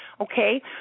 okay